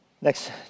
next